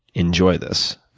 enjoy this.